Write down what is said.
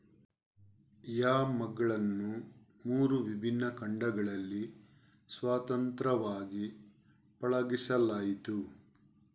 ಯಾಮ್ಗಳನ್ನು ಮೂರು ವಿಭಿನ್ನ ಖಂಡಗಳಲ್ಲಿ ಸ್ವತಂತ್ರವಾಗಿ ಪಳಗಿಸಲಾಯಿತು